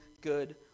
good